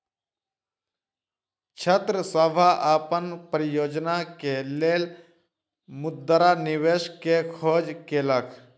छात्र सभ अपन परियोजना के लेल मुद्रा निवेश के खोज केलक